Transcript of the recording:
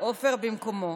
עפר במקומו.